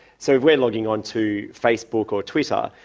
so if we're logging on to facebook or twitter,